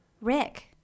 Rick